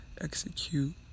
execute